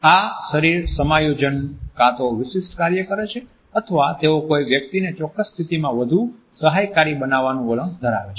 આ શરીર સમાયોજનો કા તો વિશિષ્ટ કાર્ય કરે છે અથવા તેઓ કોઈ વ્યક્તિને ચોક્કસ સ્થિતિમાં વધુ સહાયકારી બનાવવાનું વલણ ધરાવે છે